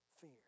fear